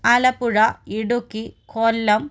Alappuzha Idukki Kollam